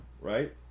right